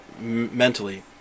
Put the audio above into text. mentally